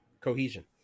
cohesion